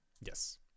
Yes